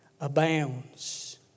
abounds